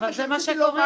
אבל זה מה שקורה.